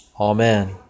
Amen